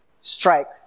strike